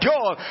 God